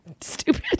stupid